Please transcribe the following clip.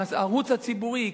הערוץ הציבורי,